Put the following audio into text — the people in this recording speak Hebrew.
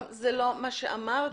זה לא מה שאמרתי.